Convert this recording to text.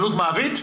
עלות מעביד?